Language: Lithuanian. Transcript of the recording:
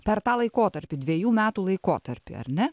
per tą laikotarpį dvejų metų laikotarpį ar ne